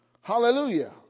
Hallelujah